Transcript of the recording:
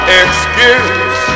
excuse